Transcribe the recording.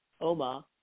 OMA